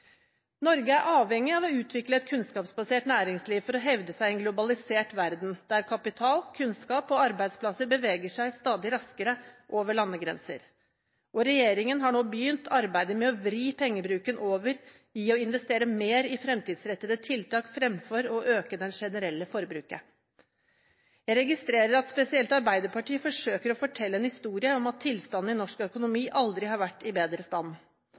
Norge er avhengig av å utvikle et kunnskapsbasert næringsliv for å hevde seg i en globalisert verden der kapital, kunnskap og arbeidsplasser beveger seg stadig raskere over landegrenser. Regjeringen har nå begynt arbeidet med å vri pengebruken over i å investere mer i fremtidsrettede tiltak fremfor å øke det generelle forbruket. Jeg registrerer at spesielt Arbeiderpartiet forsøker å fortelle en historie om at tilstanden i norsk økonomi aldri har vært bedre.